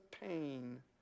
pain